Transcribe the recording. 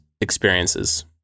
experiences